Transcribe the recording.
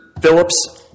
Phillips